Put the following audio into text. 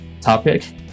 topic